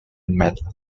matter